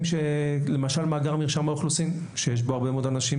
כמו למשל מאגר מרשם האוכלוסין שיש בו הרבה מאוד אנשים